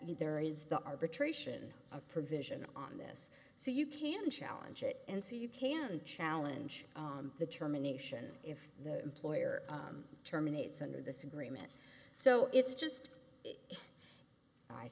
there is the arbitration a provision on this so you can challenge it and so you can challenge the termination if the employer terminates under this agreement so it's just i